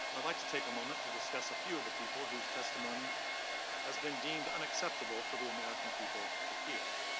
would like to take a moment to discuss a few of the people whose testimony has been deemed unacceptable for the american people to hear.